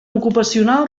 ocupacional